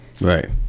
Right